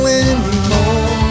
anymore